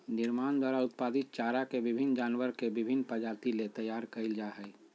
निर्माण द्वारा उत्पादित चारा के विभिन्न जानवर के विभिन्न प्रजाति ले तैयार कइल जा हइ